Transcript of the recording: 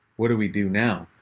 what do we do now?